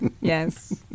Yes